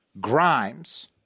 Grimes